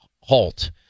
halt